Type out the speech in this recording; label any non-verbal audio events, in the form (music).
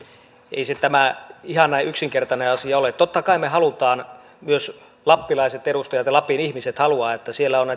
ei tämä ihan näin yksinkertainen asia ole totta kai me haluamme myös lappilaiset edustajat ja lapin ihmiset haluavat että siellä on (unintelligible)